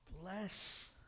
Bless